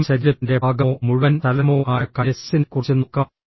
ആദ്യം ശരീരത്തിന്റെ ഭാഗമോ മുഴുവൻ ചലനമോ ആയ കൈനെസിക്സിനെക്കുറിച്ച് നോക്കാം